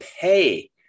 pay